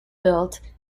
built